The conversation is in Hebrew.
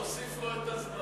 תוסיף לו את הזמן.